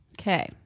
Okay